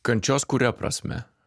kančios kuria prasme